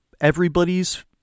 everybody's